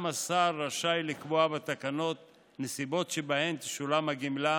ואולם השר רשאי לקבוע בתקנות נסיבות שבהן תשולם הגמלה